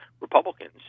Republicans